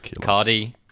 Cardi